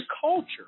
culture